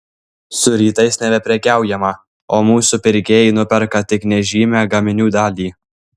su rytais nebeprekiaujama o mūsų pirkėjai nuperka tik nežymią gaminių dalį